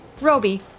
Roby